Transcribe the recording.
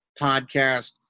podcast